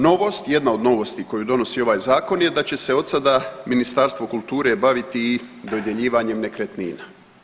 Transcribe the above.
Novost, jedna od novosti koju donosi ovaj zakon je da će se odsada Ministarstvo kulture baviti i dodjeljivanjem nekretnina.